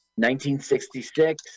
1966